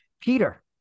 Peter